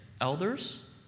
elders